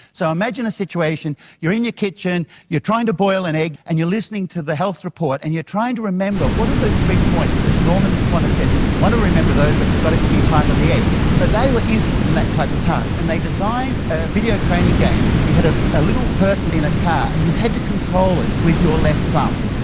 so imagine a situation, you're in your kitchen, you're trying to boil an egg and you are listening to the health report and you're trying to remember, what are those three points that norman swan has said? you want to remember those but you've got to keep time on the egg. so they were interested in that type of task, and they designed a video training game. you had a a little person in a car and you had to control it with your left thumb,